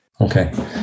Okay